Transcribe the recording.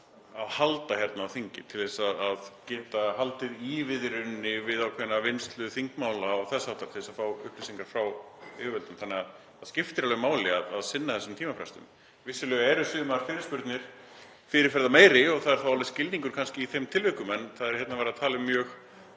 að halda hérna á þingi til þess að geta haldið í við ákveðna vinnslu þingmála og þess háttar til að fá upplýsingar frá yfirvöldum. Þannig að það skiptir alveg máli að sinna þessum tímafrestum. Vissulega eru sumar fyrirspurnir fyrirferðarmeiri og það er þá alveg skilningur kannski í þeim tilvikum, en það er hérna verið að tala um mjög